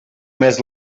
més